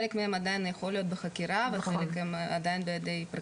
חלק מהם עדיין יכול להיות בחקירה וחלק עדיין בידי הפרקליטות.